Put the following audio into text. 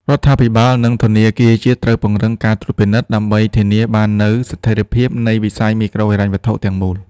រដ្ឋាភិបាល និងធនាគារជាតិត្រូវពង្រឹងការត្រួតពិនិត្យ ដើម្បីធានាបាននូវស្ថិរភាពនៃវិស័យមីក្រូហិរញ្ញវត្ថុទាំងមូល។